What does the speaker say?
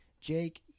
Jake